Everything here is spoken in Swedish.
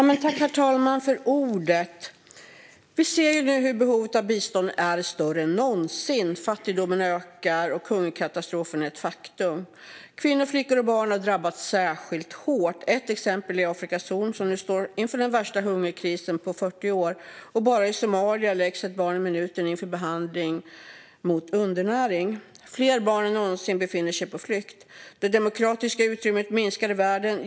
Herr talman! Vi ser nu hur behovet av bistånd är större än någonsin. Fattigdomen ökar, och hungerkatastrofen är ett faktum. Kvinnor, flickor och barn har drabbats särskilt hårt. Ett exempel är Afrikas horn, som nu står inför den värsta hungerkrisen på 40 år, och bara i Somalia läggs ett barn i minuten in för behandling mot undernäring. Fler barn än någonsin befinner sig på flykt. Det demokratiska utrymmet minskar i världen.